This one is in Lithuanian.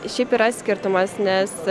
šiaip yra skirtumas nes